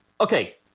Okay